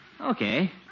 okay